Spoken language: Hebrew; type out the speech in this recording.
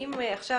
האם עכשיו,